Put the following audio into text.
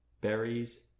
berries